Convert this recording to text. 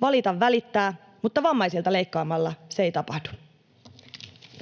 valita välittää, mutta vammaisilta leikkaamalla se ei tapahdu.